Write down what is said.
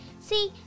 See